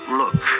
look